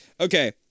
Okay